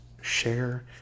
share